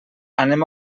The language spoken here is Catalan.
anem